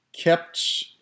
Kept